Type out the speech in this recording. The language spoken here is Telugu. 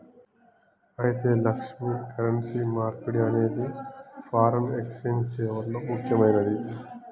అయితే లక్ష్మి, కరెన్సీ మార్పిడి అనేది ఫారిన్ ఎక్సెంజ్ సేవల్లో ముక్యమైనది